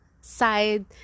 side